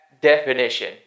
definition